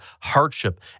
hardship